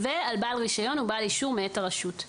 ועל בעל רישיון ובעל אישור מאת הרשות,